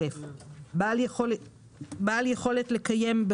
בעל יכולת לקיים,